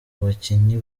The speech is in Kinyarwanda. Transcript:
bakinyi